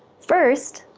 first,